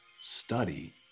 study